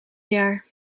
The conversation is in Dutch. jaar